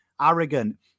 Arrogant